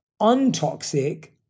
untoxic